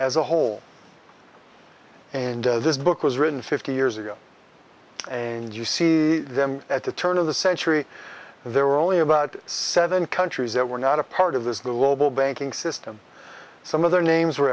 as a whole and this book was written fifty years ago and you see them at the turn of the century there were only about seven countries that were not a part of this global banking system some of their names were